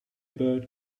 bird